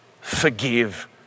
Forgive